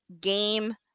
game